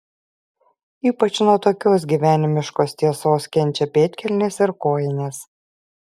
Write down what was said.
ypač nuo tokios gyvenimiškos tiesos kenčia pėdkelnės ir kojinės